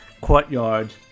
courtyard